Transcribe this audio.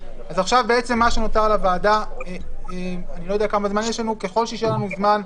לקבוע שהתשלומים ישולמו להם לפי החוק,